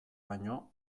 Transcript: baino